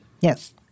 Yes